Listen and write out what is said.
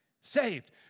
Saved